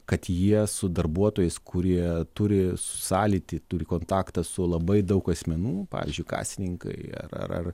kad jie su darbuotojais kurie turi sąlytį turi kontaktą su labai daug asmenų pavyzdžiui kasininkai ar ar ar